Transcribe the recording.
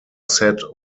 set